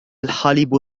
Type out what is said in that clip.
الحليب